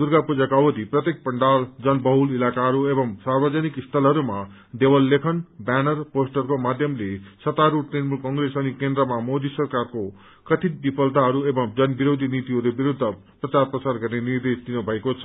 दुर्गा पूजाको अवधि प्रत्येक प्रण्डाल जनबहुल इलाकाहरू एंव सार्वजनिक स्थालहरूमा देवल लेखन ब्यानर पोस्टरको माध्यमले सत्तारूढ़ तृणमूल कंप्रेस अनि केन्द्रमा मोदी सरकारको कथित विफलताहरू एंव जन विरोधी नीतिहरू विरूद्ध प्रचार प्रसार गर्ने निर्देश दिनु भएको छ